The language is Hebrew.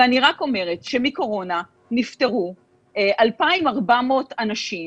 אני רק אומרת שמקורונה נפטרו 2,400 אנשים,